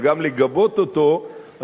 וגם לגבות אותו,